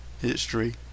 History